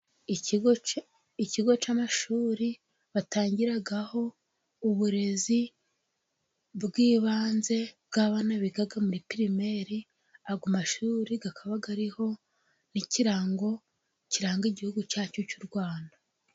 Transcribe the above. Ikigo cy'amashuri batangaho uburezi bw'ibanze bw'abana biga muri pirimeri, aya mashuri akaba ariho n'ikirango kiranga igihugu cyacu cy'u Rwanda.